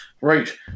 Right